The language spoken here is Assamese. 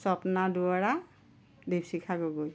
স্বপ্না দুৱৰা দীপশিখা গগৈ